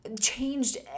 changed